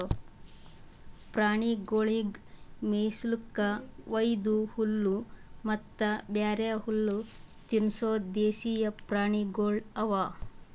ಪ್ರಾಣಿಗೊಳಿಗ್ ಮೇಯಿಸ್ಲುಕ್ ವೈದು ಹುಲ್ಲ ಮತ್ತ ಬ್ಯಾರೆ ಹುಲ್ಲ ತಿನುಸದ್ ದೇಶೀಯ ಪ್ರಾಣಿಗೊಳ್ ಅವಾ